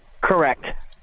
Correct